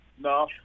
No